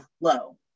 low